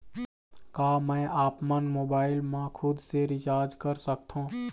का मैं आपमन मोबाइल मा खुद से रिचार्ज कर सकथों?